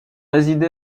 résidé